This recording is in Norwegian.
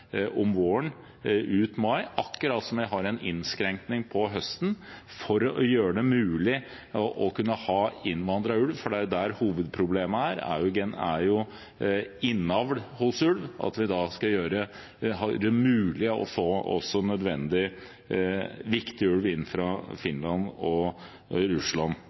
om våren, ut mai, akkurat som vi har en innskrenkning om høsten for å gjøre det mulig å kunne ha innvandret ulv – hovedproblemet er jo innavl hos ulv – å kunne få viktig ulv inn fra Finland og Russland.